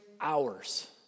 hours